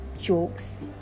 jokes